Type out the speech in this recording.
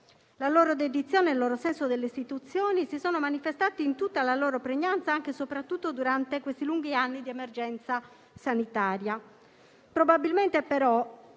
La loro dedizione e il loro senso delle istituzioni si sono manifestati in tutta la loro pregnanza anche e soprattutto durante i lunghi anni di emergenza sanitaria.